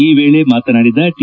ಈ ವೇಳೆ ಮಾತನಾಡಿದ ಟಿ